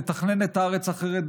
לתכנן את הארץ אחרת,